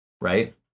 right